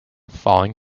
falling